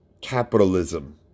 capitalism